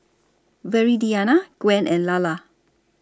Viridiana Gwen and Lalla